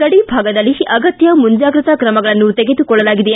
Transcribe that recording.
ಗಡಿಭಾಗದಲ್ಲಿ ಅಗತ್ಯ ಮುಂಜಾಗ್ರತಾ ಕ್ರಮಗಳನ್ನು ತೆಗೆದುಕೊಳ್ಳಲಾಗಿದೆ